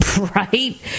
right